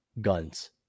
guns